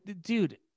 dude